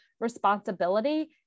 responsibility